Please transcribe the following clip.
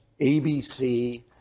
ABC